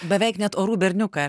beveik net orų berniuką